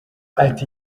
ati